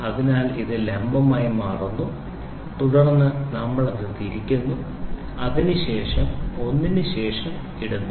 അതിനാൽ ഇത് ലംബമായി മാറുന്നു തുടർന്ന് നമ്മൾ അത് തിരിക്കുന്നു അതിനുശേഷം ഒന്നിനുശേഷം ഇടുന്നു